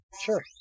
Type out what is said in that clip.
Sure